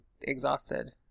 exhausted